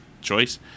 choice